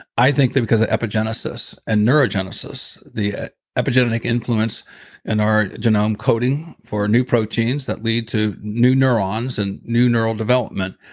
i think that because of epigenesis and neurogenesis, the epigenetic influence in and our genome coding for new proteins that lead to new neurons and new neural development,